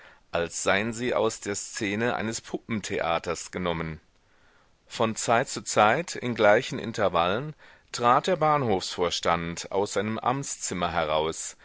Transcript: als seien sie aus der szene eines puppentheaters genommen von zeit zu zeit in gleichen intervallen trat der bahnhofsvorstand aus seinem amtszimmer heraus